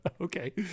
Okay